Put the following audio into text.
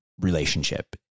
relationship